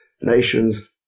nations